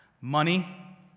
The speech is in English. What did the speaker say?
Money